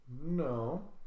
No